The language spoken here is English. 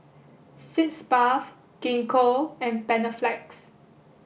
Sitz Bath Gingko and Panaflex